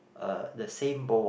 a the same bowl